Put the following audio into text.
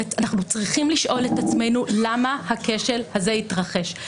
אנחנו צריכים לשאול את עצמנו למה הכשל הזה התרחש.